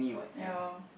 ya